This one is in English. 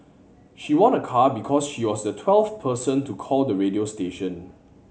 she won a car because she was the twelfth person to call the radio station